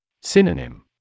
Synonym